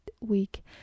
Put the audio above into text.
week